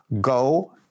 Go